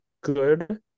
good